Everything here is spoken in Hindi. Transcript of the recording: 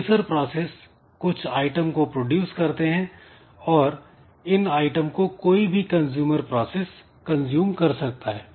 प्रोड्यूसर प्रोसेस कुछ आइटम को प्रोड्यूस करते हैं और इन आइटम को कोई भी कंजूमर प्रोसेस कंज्यूम कर सकता है